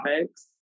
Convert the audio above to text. topics